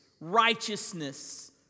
righteousness